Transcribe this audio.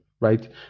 right